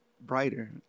brighter